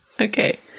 Okay